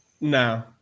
No